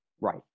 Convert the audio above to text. Right